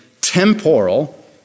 temporal